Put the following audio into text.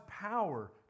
power